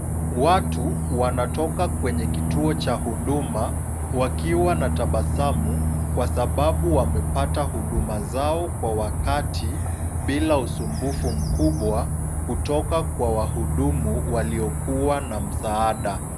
Watu wanatoka kwenye kituo cha huduma, wakiwa na tabasamu kwa sababu wamepata huduma zao kwa wakati, bila usumbufu mkubwa kutoka kwa wahudumu waliokuwa na msaada.